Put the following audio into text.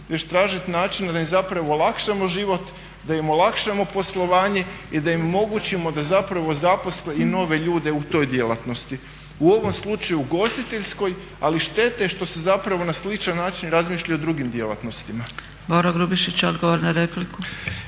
već tražiti načina da im olakšamo život, da im olakšamo poslovanje i da im omogućimo da zaposle i nove ljude u toj djelatnosti u ovom slučaju ugostiteljskoj ali šteta je što se zapravo na sličan način razmišlja i o drugim djelatnostima. **Zgrebec, Dragica